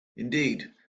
indeed